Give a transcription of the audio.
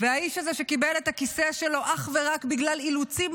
והאיש הזה שקיבל את הכיסא שלו אך ורק בגלל אילוצים